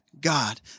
God